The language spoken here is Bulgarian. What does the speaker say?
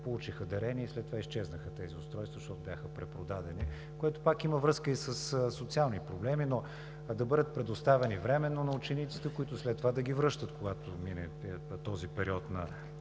получиха дарения, след това изчезнаха тези устройства, защото бяха препродадени. Което пак има връзка и със социалните проблеми. Но да бъдат предоставени временно на учениците, които след това да ги връщат, когато мине този период,